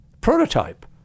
prototype